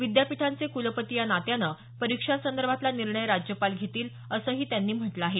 विद्यापीठांचे क्लपती या नात्याने परिक्षांसदर्भातला निर्णय राज्यपाल घेतील असंही त्यांनी म्हटलं आहे